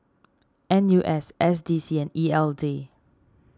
N U S S D C and E L D